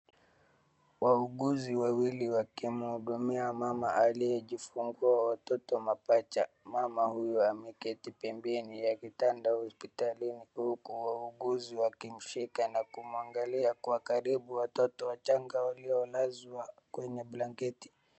Wauguzi wawili wakimhudumua mama aliyejifungua watoto mapacha. Mama huyo ameketi pembeni ya kitanda hospitalini uku wauguzi wakimshika na kumwangalia kwa karibu watoto wachanga waliolazwa kwenye blanketi.